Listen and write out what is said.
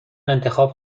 انتخاب